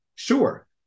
Sure